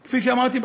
כוחותיהן,